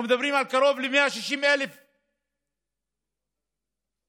אנחנו מדברים על קרוב ל-160,000 תושבים,